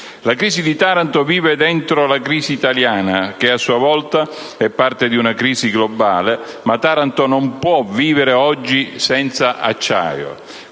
La crisi di Taranto vive dentro la crisi italiana che, a sua volta, è parte di una crisi globale, ma Taranto non può vivere, oggi, senza acciaio,